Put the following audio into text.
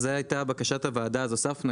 זו הייתה בקשת הוועדה אז הוספנו,